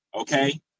okay